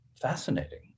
fascinating